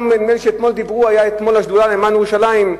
נדמה לי שאתמול, בשדולה למען ירושלים,